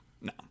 No